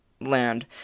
land